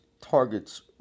targets